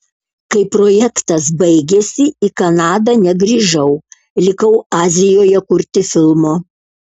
kai projektas baigėsi į kanadą negrįžau likau azijoje kurti filmo